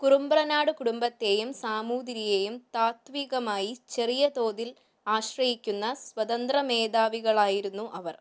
കുറുമ്പ്രനാട് കുടുംബത്തേയും സാമൂതിരിയേയും താത്വികമായി ചെറിയ തോതിൽ ആശ്രയിക്കുന്ന സ്വതന്ത്ര മേധാവികളായിരുന്നു അവർ